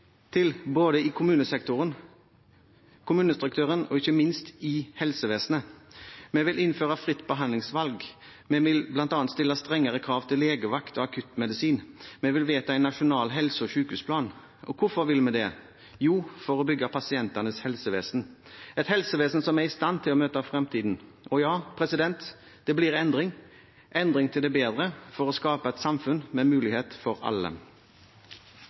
til i kommunesektoren, i kommunestrukturen, og ikke minst i helsevesenet. Vi vil innføre fritt behandlingsvalg. Vi vil bl.a. stille strengere krav til legevakt og akuttmedisin. Vi vil vedta en nasjonal helse- og sykehusplan. Hvorfor vil vi det? Jo, for å bygge pasientenes helsevesen – et helsevesen som er i stand til å møte fremtiden. Og ja, det blir endring – endring til det bedre for å skape et samfunn med muligheter for alle.